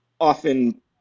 often